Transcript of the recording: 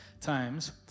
times